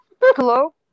Hello